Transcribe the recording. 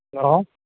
hello